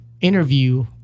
interview